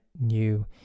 new